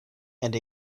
and